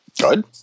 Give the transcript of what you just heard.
Good